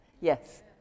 Yes